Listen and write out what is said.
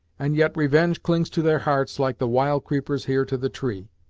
and yet revenge clings to their hearts like the wild creepers here to the tree!